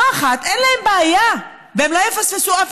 לא אחת אין להם בעיה והם לא יפספסו אף